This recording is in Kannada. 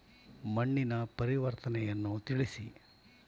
ಮಣ್ಣಿನ ಪರಿವರ್ತನೆಯನ್ನು ತಿಳಿಸಿ?